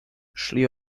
szli